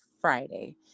Friday